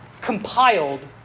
compiled